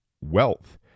wealth